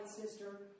sister